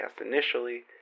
initially